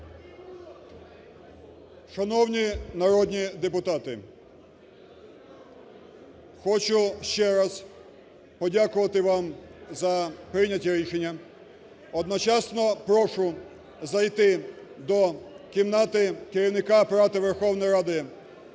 Шановні народні депутати, хочу ще раз подякувати вам за прийняті рішення. Одночасно прошу зайти до кімнати Керівника Апарату Верховної Ради